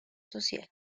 social